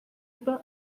utah